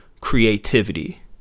creativity